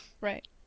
Right